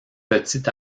petit